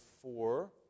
four